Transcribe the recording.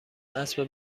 اسب